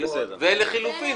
לחילופין,